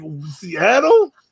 Seattle